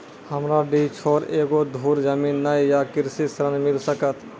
हमरा डीह छोर एको धुर जमीन न या कृषि ऋण मिल सकत?